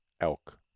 elk